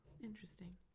Interesting